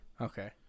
Okay